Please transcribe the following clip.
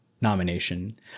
nomination